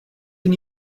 can